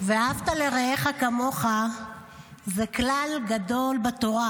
ואהבת לרעך כמוך זה כלל גדול בתורה,